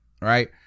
Right